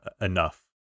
enough